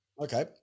Okay